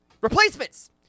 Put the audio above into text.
replacements